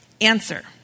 Answer